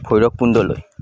ভৈৰৱকুণ্ডলৈ